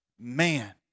man